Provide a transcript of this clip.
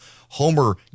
Homer